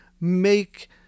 make